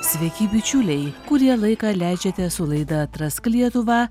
sveiki bičiuliai kurie laiką leidžiate su laida atrask lietuvą